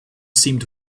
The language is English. seemed